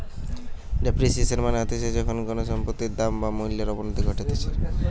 depreciation মানে হতিছে যখন কোনো সম্পত্তির দাম বা মূল্যর অবনতি ঘটতিছে